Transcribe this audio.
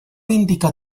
indicar